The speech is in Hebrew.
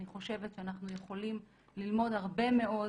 אני חושבת שאנחנו יכולים ללמוד הרבה מאוד